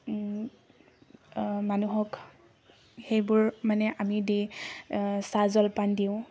মানুহক সেইবোৰ মানে আমি দি চাহ জলপান দিওঁ